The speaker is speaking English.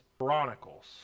chronicles